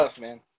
man